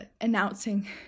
announcing